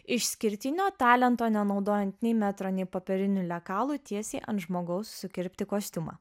išskirtinio talento nenaudojant nei metro nei popierinių lekalų tiesiai ant žmogaus sukirpti kostiumą